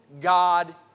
God